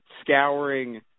scouring